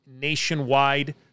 nationwide